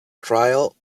trial